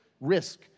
risk